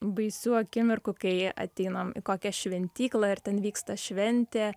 baisių akimirkų kai ateinam į kokią šventyklą ir ten vyksta šventė